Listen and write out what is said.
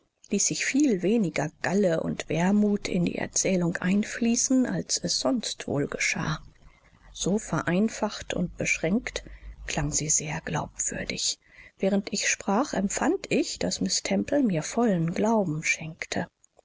ließ ich viel weniger galle und wermut in die erzählung einfließen als es sonst wohl geschah so vereinfacht und beschränkt klang sie sehr glaubwürdig während ich sprach empfand ich daß miß temple mir vollen glauben schenkte